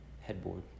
headboard